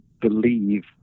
believe